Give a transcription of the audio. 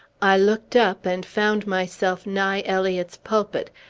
i looked up and found myself nigh eliot's pulpit,